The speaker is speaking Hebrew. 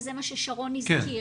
וזה מה ששרון הזכיר,